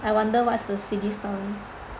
I wonder what's the silly story